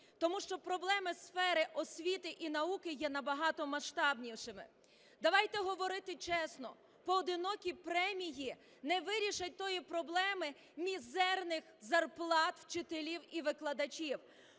тому що проблеми сфери освіти і науки є набагато масштабнішими. Давайте говорити чесно, поодинокі премії не вирішать тої проблеми мізерних зарплат вчителів і викладачів.